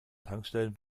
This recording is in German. tankstellen